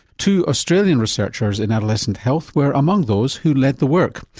two australian researchers in adolescent health were among those who led the work.